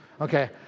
okay